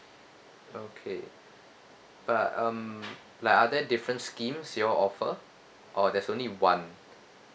okay but um like are there different schemes you all offer or there's only one